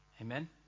amen